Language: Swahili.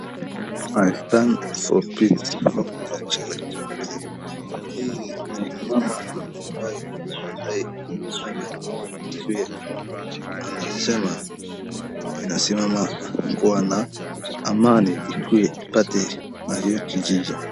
I Stand For Peace Hon. Racheal Shebesh , hii ni bango ambayo iko kwa barabara, anafanya, ikue anasema anasimama kuwa na amani ikuwe ipate na hii kijiji.